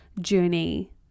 journey